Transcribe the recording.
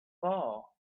fall